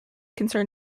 concerned